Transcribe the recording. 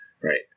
Right